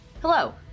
Hello